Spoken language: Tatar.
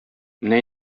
менә